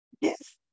Yes